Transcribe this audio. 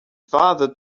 father